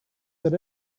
that